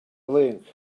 playing